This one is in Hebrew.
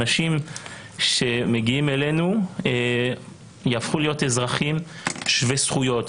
אנשים שמגיעים אלינו יהפכו להיות אזרחים שווי זכויות,